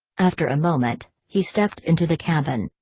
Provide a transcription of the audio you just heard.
after a moment, he stepped into the cabin.